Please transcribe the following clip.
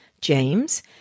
James